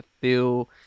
feel